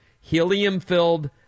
helium-filled